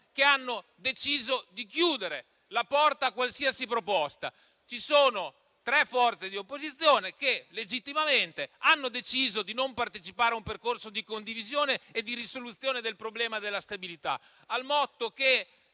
che hanno deciso di chiudere la porta a qualsiasi proposta. Ci sono tre forze di opposizione che legittimamente hanno deciso di non partecipare a un percorso di condivisione e di risoluzione del problema della stabilità, seguendo il